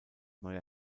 neuer